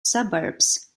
suburbs